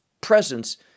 presence